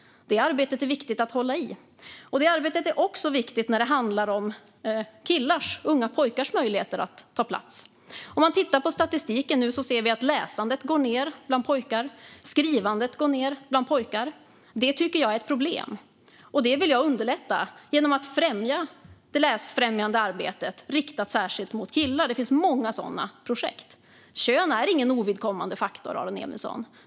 Det arbetet är det viktigt att hålla i, och det arbetet är också viktigt när det handlar om killars, unga pojkars, möjligheter att ta plats. I statistiken ser vi nu att läsandet och skrivandet bland pojkar går ned. Det tycker jag är ett problem, och det vill jag motarbeta genom att främja det läsfrämjande arbetet särskilt riktat mot killar. Det finns många sådana projekt. Kön är ingen ovidkommande faktor, Aron Emilsson.